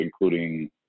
including